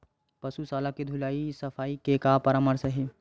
पशु शाला के धुलाई सफाई के का परामर्श हे?